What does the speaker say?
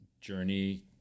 journey